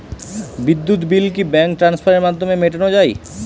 বিদ্যুৎ বিল কি ব্যাঙ্ক ট্রান্সফারের মাধ্যমে মেটানো য়ায়?